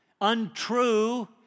untrue